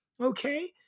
okay